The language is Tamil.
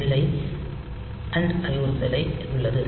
எல் அண்ட் அறிவுறுத்தலை உள்ளது